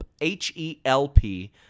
H-E-L-P